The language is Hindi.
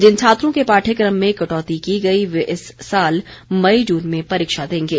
जिन छात्रों के पाठ्यक्रम में कटौती की गई वे इस साल मई जून में परीक्षा देंगे